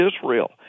Israel